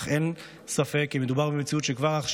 אך אין ספק כי מדובר במציאות שכבר עכשיו